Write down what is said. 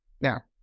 Now